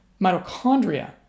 mitochondria